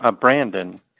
Brandon